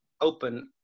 open